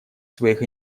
своих